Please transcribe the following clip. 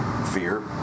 Fear